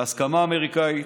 בהסכמה אמריקנית,